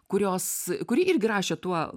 kurios kuri irgi rašė tuo